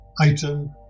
item